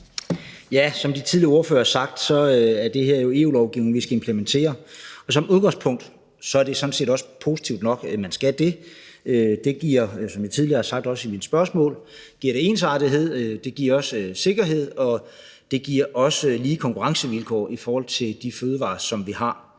det. Som de tidligere ordførere har sagt, er det her jo EU-lovgivning, vi skal implementere, og som udgangspunkt er det sådan set også positivt nok, at man skal det. Det giver, som jeg tidligere har sagt, også i mit spørgsmål, ensartethed. Det giver også sikkerhed, og det giver lige konkurrencevilkår i forhold til de fødevarer, som vi har.